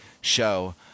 show